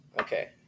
Okay